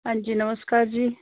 ਹਾਂਜੀ ਨਮਸਕਾਰ ਜੀ